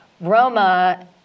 Roma